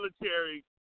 military